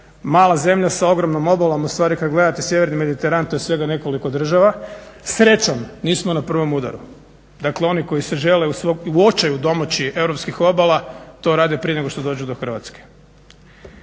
mala zemlja sa ogromnom obalom. Ustvari kad gledate sjeverni Mediteran to je svega nekoliko država. Srećom, nismo na prvom udaru. Dakle oni koji se žele u svom očaju domoći europskih obala to rade prije nego što dođu do Hrvatske.